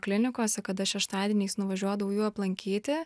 klinikose kada šeštadieniais nuvažiuodavau jų aplankyti